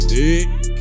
dick